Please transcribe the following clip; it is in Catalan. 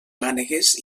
mànegues